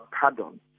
pardon